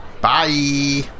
Bye